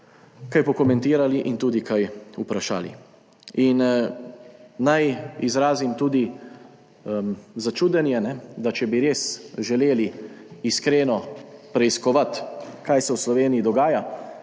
kaj pokomentirali in tudi kaj vprašali. Naj izrazim tudi začudenje, da če bi res želeli iskreno preiskovati, kaj se v Sloveniji dogaja,